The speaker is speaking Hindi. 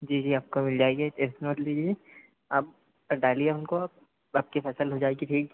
जी जी आपको मिल जाएगी आप तो डालिए उनको अब आपकी फसल हो जाएगी ठीक